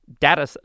data